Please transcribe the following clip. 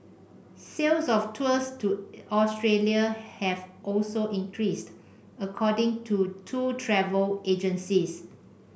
sales of tours to Australia have also increased according to two travel agencies